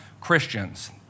Christians